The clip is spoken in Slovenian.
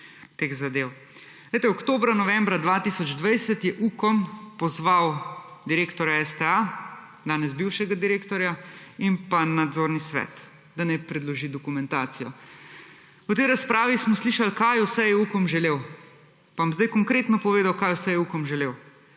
Glejte, oktobra, novembra 2020 je Ukom pozval direktorja STA, danes bivšega direktorja in pa nadzorni svet, da naj predloži dokumentacijo. O tej razpravi smo slišali, kaj vse je Ukom želel. Pa bom zdaj konkretno povedal, kaj vse je Ukom želel.